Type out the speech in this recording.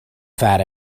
fat